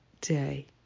day